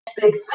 big